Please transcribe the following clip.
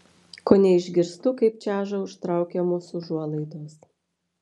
kone išgirstu kaip čeža užtraukiamos užuolaidos